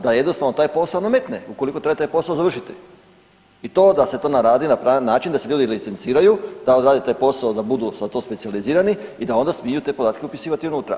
Da jednostavno taj posao nametne ukoliko treba taj posao završiti i to da se to radi na pravilan način, da se ljudi licenciraju, da odrade taj posao da budu za to specijalizirani i da onda smiju te podatke upisivati unutra.